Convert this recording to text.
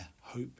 hope